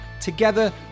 Together